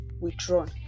withdrawn